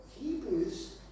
Hebrews